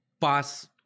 pass